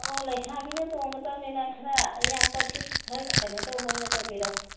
ꯑꯣ ꯂꯩꯁꯥꯕꯤꯅ ꯇꯣꯡꯒꯗꯕꯅꯤꯅ ꯈꯔ ꯑꯌꯥꯛꯄ ꯈꯔ ꯀꯩꯅꯣ ꯇꯧꯕ ꯑꯣꯏꯅ ꯇꯧꯕꯤꯔꯣ